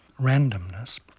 randomness